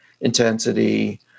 intensity